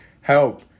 help